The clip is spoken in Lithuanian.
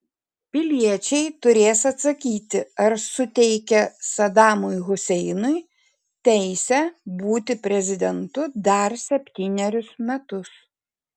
piliečiai turės atsakyti ar suteikia sadamui huseinui teisę būti prezidentu dar septynerius metus